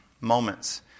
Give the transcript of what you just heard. moments